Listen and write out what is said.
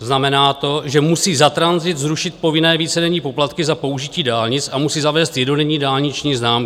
Znamená to, že musí za tranzit zrušit povinné vícedenní poplatky za použití dálnic a musí zavést jednodenní dálniční známku.